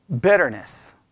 bitterness